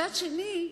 מצד שני,